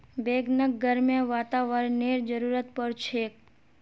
बैगनक गर्म वातावरनेर जरुरत पोर छेक